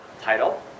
title